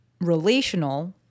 relational